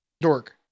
dork